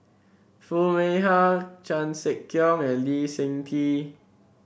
Foo Mee Har Chan Sek Keong and Lee Seng Tee